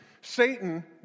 Satan